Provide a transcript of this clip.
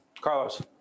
Carlos